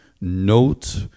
note